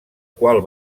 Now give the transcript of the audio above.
qual